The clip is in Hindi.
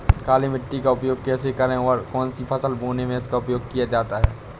काली मिट्टी का उपयोग कैसे करें और कौन सी फसल बोने में इसका उपयोग किया जाता है?